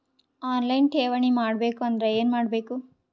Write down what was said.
On line ಠೇವಣಿ ಮಾಡಬೇಕು ಅಂದರ ಏನ ಮಾಡಬೇಕು?